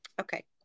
Okay